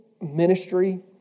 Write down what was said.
ministry